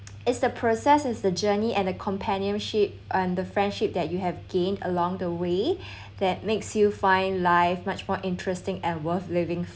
it's the process is the journey and the companionship and the friendship that you have gained along the way that makes you find life much more interesting and worth living